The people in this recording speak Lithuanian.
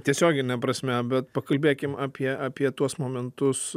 tiesiogine prasme bet pakalbėkim apie apie tuos momentus